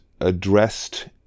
addressed